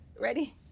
Ready